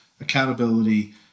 accountability